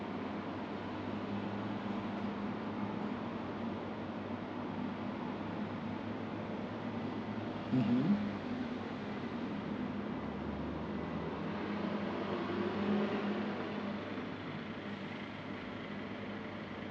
mmhmm